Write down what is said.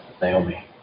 Naomi